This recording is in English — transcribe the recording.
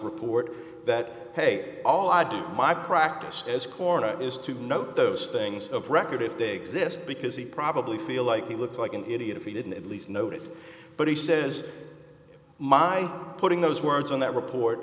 report that hey all i do my practice as coroner is to note those things of record if they exist because he probably feel like he looks like an idiot if he didn't at least know it but he says my putting those words on that report